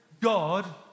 God